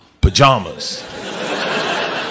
pajamas